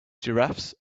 giraffes